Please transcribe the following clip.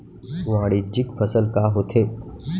वाणिज्यिक फसल का होथे?